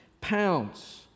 pounds